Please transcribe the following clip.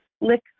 lick